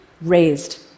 raised